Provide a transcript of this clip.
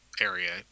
area